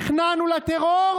נכנענו לטרור?